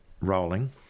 rolling